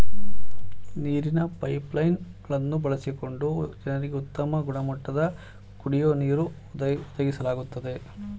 ನೀರಿನ pipeline ಗಳನ್ನು ಬಳಸಿಕೊಂಡು ಜನರಿಗೆ ಉತ್ತಮ ಗುಣಮಟ್ಟದ ಕುಡಿಯೋ ನೀರನ್ನು ಒದಗಿಸ್ಲಾಗ್ತದೆ